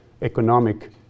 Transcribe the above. economic